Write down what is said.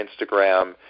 Instagram